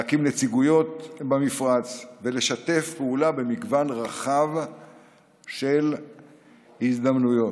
להקים נציגויות במפרץ ולשתף פעולה במגוון רחב של הזדמנויות.